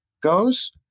goes